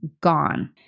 gone